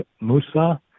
Musa